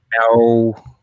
No